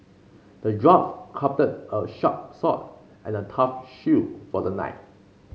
the dwarf crafted a sharp sword and a tough shield for the knight